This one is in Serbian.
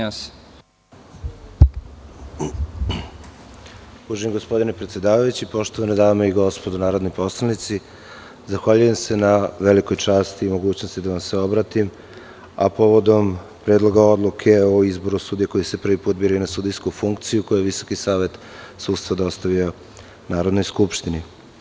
Uvaženi gospodine predsedavajući, poštovane dame i gospodo narodni poslanici, zahvaljujem se na velikoj časti i mogućnosti da vam se obratim, a povodom Predloga odluke o izboru sudija koji se prvi put biraju na sudijsku funkciju, koju je Visoki savet sudstva dostavio Narodnoj skupštini.